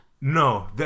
No